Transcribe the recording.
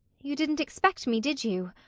you didn't expect me, did you?